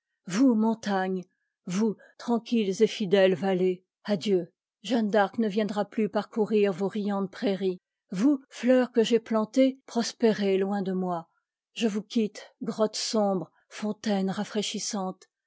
vous montagnes vous tranquilles et fidèles vallées adieu jeanne d'arc ne viendra p us parcourir vos riantes prairies vous fleurs que j'ai plantées prospérez loin de moi je vous quitte grotte sombre fontaines